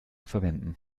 verwenden